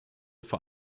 vor